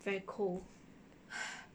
very cold